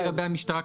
רק לגבי המשטרה.